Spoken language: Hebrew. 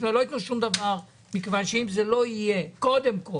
לא ייתנו שום דבר מכיוון שאם זה לא יהיה קודם כל